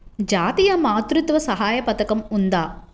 జాతీయ మాతృత్వ సహాయ పథకం ఉందా?